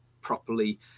properly